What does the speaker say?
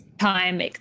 Time